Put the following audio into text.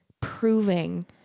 proving